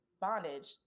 bondage